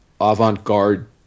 avant-garde